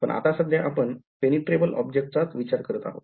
पण आता सध्या आपण penetrable object चाच विचार करत आहोत